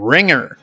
Ringer